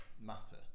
matter